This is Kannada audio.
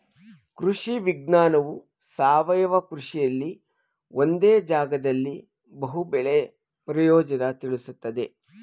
ಕೃಷಿ ವಿಜ್ಞಾನವು ಸಾವಯವ ಕೃಷಿಲಿ ಒಂದೇ ಜಾಗ್ದಲ್ಲಿ ಬಹು ಬೆಳೆ ಪ್ರಯೋಜ್ನನ ತಿಳುಸ್ತದೆ